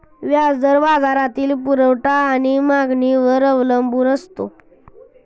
व्याज दर बाजारातील पुरवठा आणि मागणीवर अवलंबून असतो